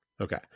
Okay